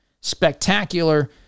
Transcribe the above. Spectacular